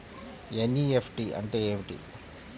NEFT అంటే ఏమిటి?